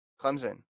Clemson